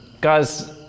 Guys